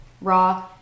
raw